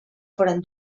foren